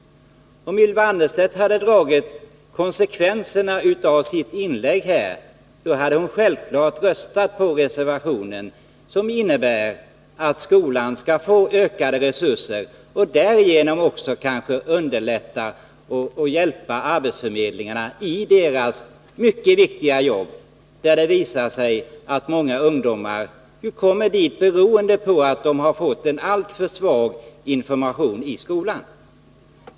Om Ylva Annerstedt tog konsekvenserna av sitt inlägg här skulle hon självfallet rösta för reservationen, som innebär att skolan skall få ökade resurser och därigenom kanske också underlätta arbetsförmedlingarnas mycket viktiga jobb. Det visar sig att många ungdomar kommer dit, beroende på att de har fått en alltför svag information i skolan.